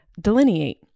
Delineate